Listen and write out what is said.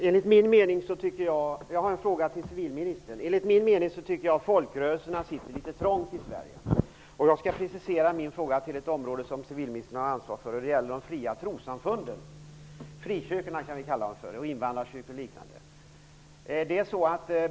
Enligt min mening sitter folkrörelserna litet trångt i Sverige. Jag skall precisera min fråga till ett område som civilministern har ansvar för. Det gäller de fria trossamfunden -- frikyrkor och invandrarkyrkor och liknande.